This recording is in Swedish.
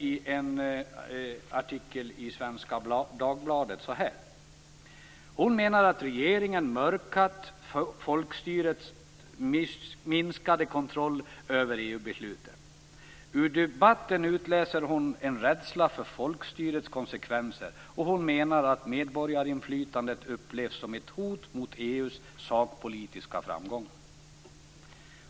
I en artikel i Svenska Dagbladet menar hon att regeringen mörkat folkstyrets minskade kontroll över EU-besluten. Ur debatten utläser hon en rädsla för folkstyrets konsekvenser, och hon menar att medborgarinflytandet upplevs som ett hot mot EU:s sakpolitiska framgångar.